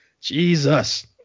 Jesus